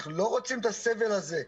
אנחנו לא רוצים את הסבל הזה.